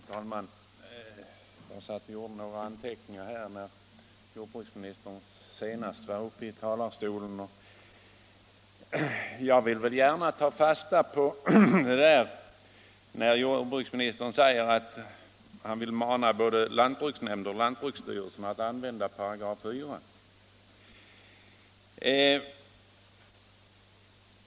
Herr talman! Jag gjorde några anteckningar när jordbruksministern senast var uppe i talarstolen. Jag vill gärna ta fasta på det att han manar både lantbruksnämnderna och lantbruksstyrelsen att använda 4 § i jordförvärvslagen.